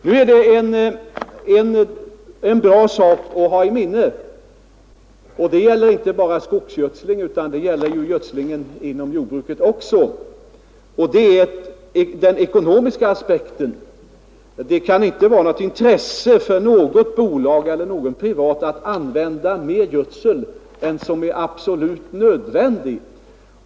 En sak som det är bra att hålla i minnet i detta sammanhang — det gäller inte bara skogsgödslingen utan det gäller gödslingen inom jordbruket också — är den ekonomiska aspekten. Det kan inte vara ett intresse för något bolag eller för någon person att använda mer gödsel än som är absolut nödvändigt.